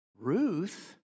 Ruth